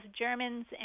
Germans